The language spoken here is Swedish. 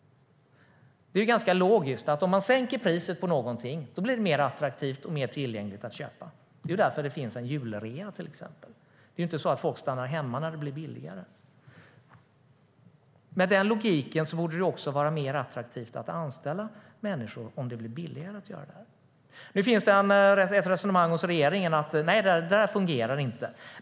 Det är ganska logiskt: Om man sänker priset på någonting blir det mer attraktivt och mer tillgängligt att köpa. Det är därför det finns en julrea, till exempel. Det är inte så att folk stannar hemma när det blir billigare. Med den logiken borde det också vara mer attraktivt att anställa människor om det blir billigare att göra det. Nu finns det ett annat resonemang hos regeringen: Nej, det där fungerar inte.